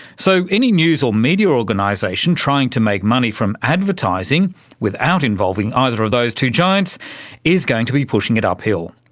so any news or media organisation trying to make money from advertising without involving either of those two giants is going to be pushing it up hill,